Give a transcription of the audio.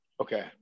Okay